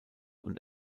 und